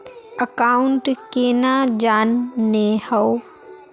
Account केना जाननेहव?